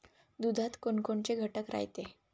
दुधात कोनकोनचे घटक रायते?